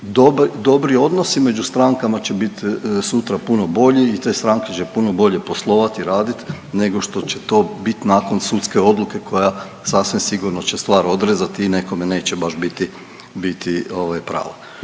dobri odnosi među strankama će bit sutra puno bolji i te stranke će puno bolje poslovati i radit nego što će to bit nakon sudske odluke koja sasvim sigurno će stvar odrezati i nekome neće baš biti pravo.